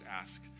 ask